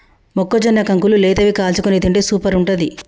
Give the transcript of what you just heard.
మొక్కజొన్న కంకులు లేతవి కాల్చుకొని తింటే సూపర్ ఉంటది